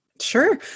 Sure